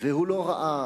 והוא לא ראה